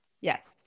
Yes